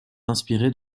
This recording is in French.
inspirés